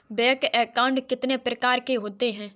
Bank account कितने प्रकार के होते हैं?